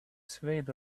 swayed